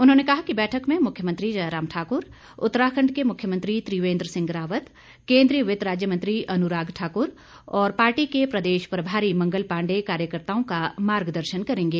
उन्होंने कहा कि बैठक में मुख्यमंत्री जयराम ठाकुर उत्तराखंड के मुख्यमंत्री त्रिवेंद्र सिंह रावत केंद्रीय वित्त राज्य मंत्री अनुराग ठाकुर और पार्टी के प्रदेश प्रभारी मंगल पांडेय कार्यकर्त्ताओं का मार्गदर्शन करेंगे